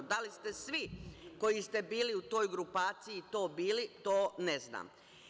Da li ste svi koji ste bili u toj grupaciji to bili, to ne znam.